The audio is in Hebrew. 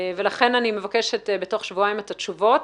לכן אני מבקשת בתוך שבועיים את התשובות.